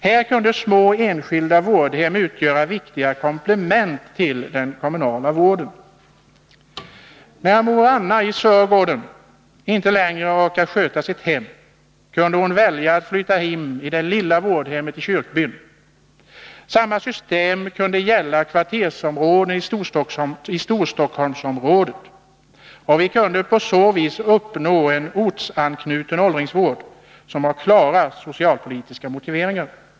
Här kunde små, enskilda vårdhem utgöra viktiga komplement till den kommunala vården. När mor Anna i Sörgården inte längre orkade sköta sitt hem, kunde hon välja att flytta in i det lilla vårdhemmet i kyrkbyn. Samma system kunde gälla för kvartersområden i Storstockholmsområdet. Vi kunde på så vis uppnå en ortsanknuten åldringsvård, som har klara socialpolitiska motiveringar.